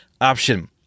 option